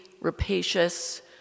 rapacious